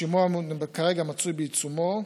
השימוע כרגע מצוי בעיצומו,